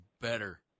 better